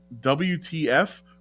WTF